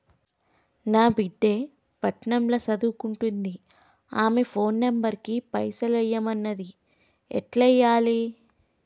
నా బిడ్డే పట్నం ల సదువుకుంటుంది ఆమె ఫోన్ నంబర్ కి పైసల్ ఎయ్యమన్నది ఎట్ల ఎయ్యాలి?